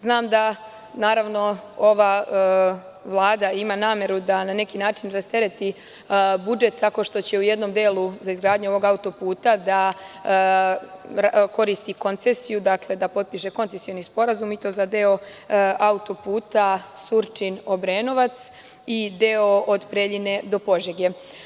Znam, da ova Vlada ima nameru da na neki način rastereti budžet tako što će u jednom delu za izgradnju ovog autoputa da koristi koncesiju, da potpiše koncesivni sporazum i to za deo autoputa Surčin-Obrenovac i deo od Preljine do Požege.